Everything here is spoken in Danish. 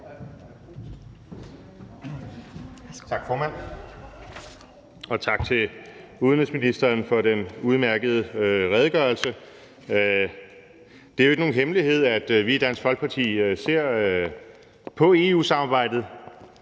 Tak, formand, og tak til udenrigsministeren for den udmærkede redegørelse. Det er jo ikke nogen hemmelighed, at vi i Dansk Folkeparti ser på EU-samarbejdet